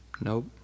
Nope